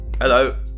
Hello